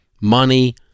money